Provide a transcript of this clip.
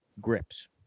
grips